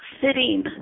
sitting